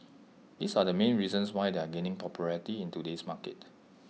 these are the main reasons why they are gaining popularity in today's market